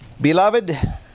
Beloved